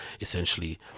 essentially